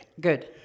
Good